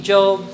Job